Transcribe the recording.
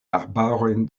arbarojn